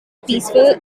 peaceful